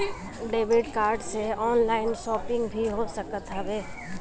debit card से online shopping भी हो सकत हवे